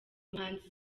umuhanzi